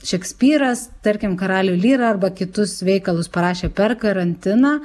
šekspyras tarkim karalių lyrą arba kitus veikalus parašė per karantiną